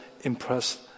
impressed